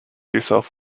yourself